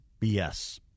BS